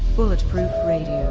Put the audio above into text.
bulletproof radio.